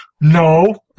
no